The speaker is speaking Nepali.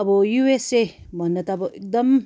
अब युएसए भन्दा त अब एकदम